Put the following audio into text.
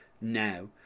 now